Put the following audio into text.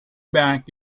back